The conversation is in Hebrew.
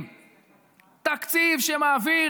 תקציב שמעלה מיסים,